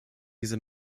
diese